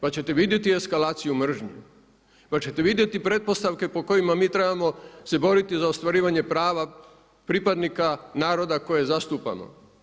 Pa ćete vidjeti eskalaciju mržnje, pa ćete vidjeti pretpostavke po kojima mi trebamo se boriti za ostvarivanje prava pripadnika naroda koje zastupamo.